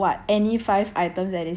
buy five get five free right